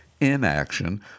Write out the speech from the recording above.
inaction